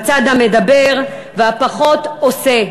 בצד המדבר והפחות עושה.